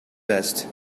vest